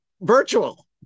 virtual